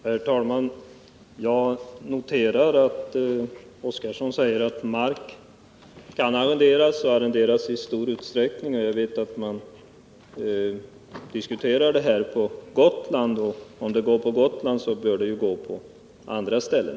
Herr talman! Jag noterar att Gunnar Oskarson säger att marken arrenderas i stor utsträckning. Jag vet att man har diskuterat frågan på Gotland, och går det bra där, bör det ju också gå för sig på andra ställen.